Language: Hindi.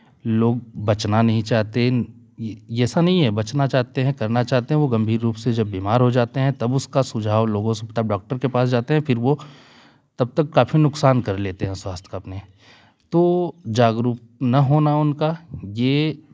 लोग बचना नहीं चाहते ऐसा नहीं है बचाना चाहते हैं करना चाहते हैं वो गंभीर रूप से जब बीमार हो जाते हैं तब उसका सुझाव लोगों से तब डॉक्टर के पास जाते हैं फिर वो तब तक काफी नुकसान कर लेते हैं स्वास्थ्य का अपने तो जागरूक न होना उनका ये